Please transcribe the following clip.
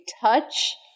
touch